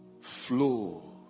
flow